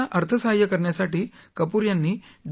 ला अर्थसहाय्य करण्यासाठी कपूर यानं डी